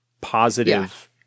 positive